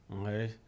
Okay